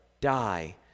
die